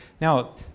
Now